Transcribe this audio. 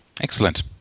excellent